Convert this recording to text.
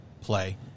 play